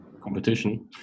competition